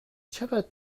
چقدر